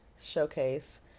showcase